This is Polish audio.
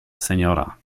seniora